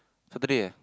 Saturday eh